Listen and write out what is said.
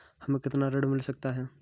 हमें कितना ऋण मिल सकता है?